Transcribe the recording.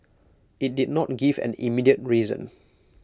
IT did not give an immediate reason